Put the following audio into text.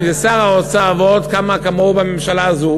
אם שר האוצר ועוד כמה כמוהו בממשלה הזאת